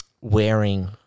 wearing